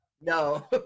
No